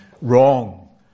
wrong